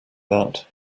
that